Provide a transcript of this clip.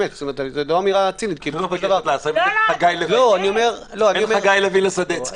זו לא אמירה צינית --- בין חגי לוי לסדצקי.